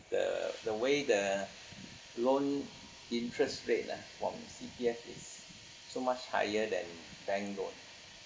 the the way the loan interest rates ah !wah! C_P_F is so much higher than bank loan